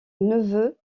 neveu